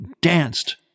danced